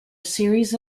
series